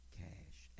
cash